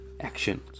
action